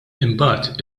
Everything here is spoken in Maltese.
imbagħad